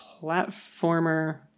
platformer